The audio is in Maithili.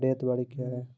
रैयत बाड़ी क्या हैं?